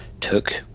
took